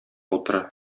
утыра